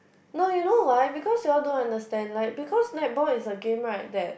no you know why because you all don't understand like because netball is a game right that